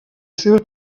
seva